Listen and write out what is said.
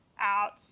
out